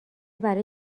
برای